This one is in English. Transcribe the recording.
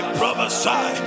prophesy